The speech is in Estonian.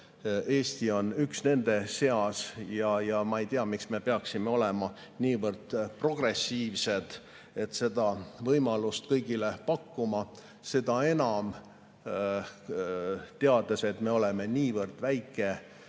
riikides, üks nendest on Eesti. Ma ei tea, miks me peaksime olema niivõrd progressiivsed ja seda võimalust kõigile pakkuma, seda enam, et me teame, et me oleme niivõrd väike